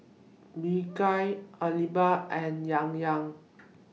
Bika Alba and Yan Yan